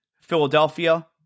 Philadelphia